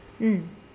hmm